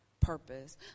Purpose